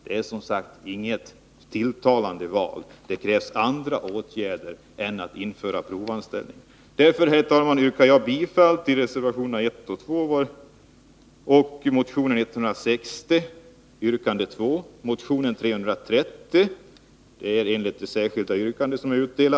Det är inget tilltalande val. Det krävs andra åtgärder än att införa provanställning. Därför, herr talman, yrkar jag bifall till reservationerna 1 och 2 samt till motion 160, och motion 330 enligt det särskilda yrkande som är utdelat.